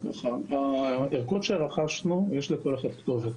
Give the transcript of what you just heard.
הערכות שרכשנו - לכל אחת יש כתובת.